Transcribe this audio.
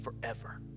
forever